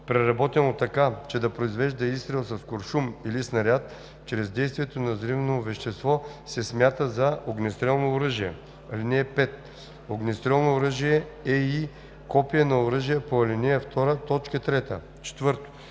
преработено така, че да произвежда изстрел с куршум или снаряд чрез действието на взривно вещество, се смята за огнестрелно оръжие. (5) Огнестрелно оръжие е и копие на оръжие по ал. 2, т. 3.“ 4.